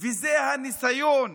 וזה הניסיון